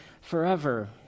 forever